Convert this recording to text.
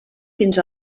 fins